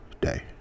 day